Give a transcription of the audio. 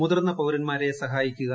മുതിർന്ന പൌരന്മാരെ സഹായിക്കുക